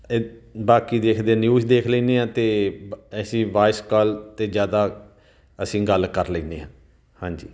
ਏ ਬਾਕੀ ਦੇਖਦੇ ਨਿਊਜ਼ ਦੇਖ ਲੈਂਦੇ ਹਾਂ ਅਤੇ ਬ ਅਸੀਂ ਵਾਇਸ ਕਾਲ 'ਤੇ ਜ਼ਿਆਦਾ ਅਸੀਂ ਗੱਲ ਕਰ ਲੈਂਦੇ ਹਾਂ ਹਾਂਜੀ